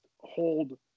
hold